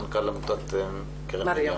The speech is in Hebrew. מנכ"ל עמותת קרן מרים.